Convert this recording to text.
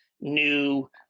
new